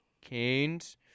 Canes